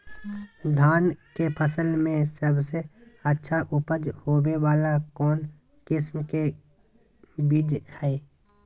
धान के फसल में सबसे अच्छा उपज होबे वाला कौन किस्म के बीज हय?